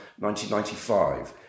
1995